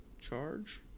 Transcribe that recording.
charge